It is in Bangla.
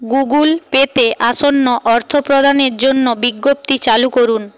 গুগল পে তে আসন্ন অর্থপ্রদানের জন্য বিজ্ঞপ্তি চালু করুন